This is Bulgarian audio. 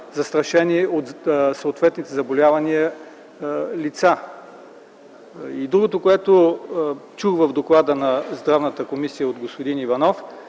застрашени от съответните заболявания лица. Другото, което чух в доклада на Здравната комисия от господин Иванов